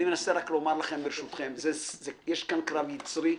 אני מנסה רק לומר לכם, ברשותכם, יש כאן קרב יצרי,